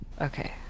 okay